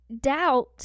doubt